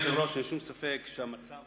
אדוני היושב-ראש, אין שום ספק שהחוק